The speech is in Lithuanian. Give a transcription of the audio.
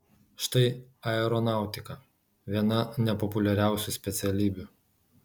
štai aeronautika viena nepopuliariausių specialybių